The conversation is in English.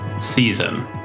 season